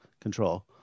control